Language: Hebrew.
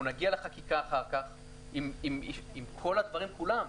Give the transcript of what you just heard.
אנחנו נגיע לחקיקה אחר כך עם כל הדברים כולם.